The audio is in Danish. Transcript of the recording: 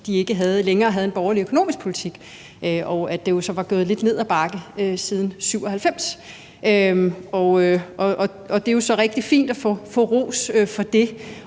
at de ikke længere havde en borgerlig økonomisk politik, og at det jo så var gået lidt ned ad bakke siden 1997. Det er rigtig fint at få ros for det,